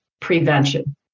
prevention